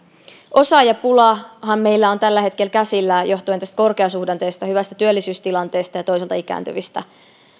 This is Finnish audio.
osaajapulahan meillä on tällä hetkellä käsillä johtuen tästä korkeasuhdanteesta hyvästä työllisyystilanteesta ja toisaalta ikääntyvistä